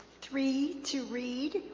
three to read